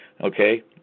okay